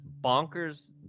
bonkers